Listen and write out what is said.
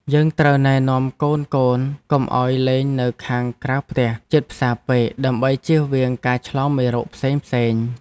យើងត្រូវណែនាំកូនៗកុំឱ្យលេងនៅខាងក្រៅផ្ទះជិតផ្សារពេកដើម្បីជៀសវាងការឆ្លងមេរោគផ្សេងៗ។